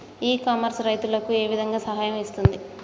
ఇ commerce రైతులకు ఏ విధంగా సహాయం చేస్తుంది?